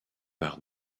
par